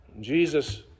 Jesus